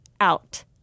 out